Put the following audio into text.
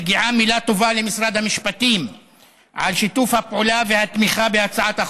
מגיעה מילה טובה למשרד המשפטים על שיתוף הפעולה והתמיכה בהצעת החוק,